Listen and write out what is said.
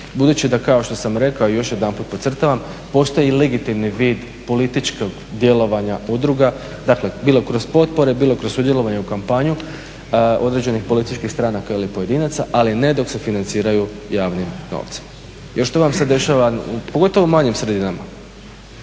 Budući da kao što sam rekao i još jedanput podcrtavam postoji legitimni vid političkog djelovanja udruga, dakle bilo kroz potpore, bilo kroz sudjelovanje u kampanju određenih političkih stranaka ili pojedinaca, ali ne dok se financiraju javnim novcem. Jer što vam se dešava pogotovo u manjim sredinama?